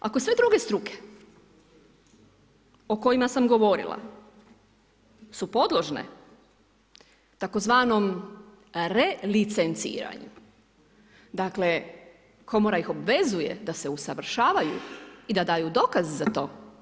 Ako sve druge struke o kojima sam govorila su podložne tzv. relicenciranju, dakle komora ih obvezuje da se usavršavaju i da daju dokaz za to.